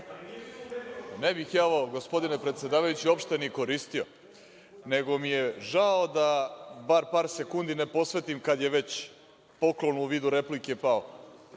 Ne bih ja ovo, gospodine predsedavajući, uopšte ni koristio, nego mi je žao da bar par sekundi ne posvetim, kad je već poklon u vidu replike pao,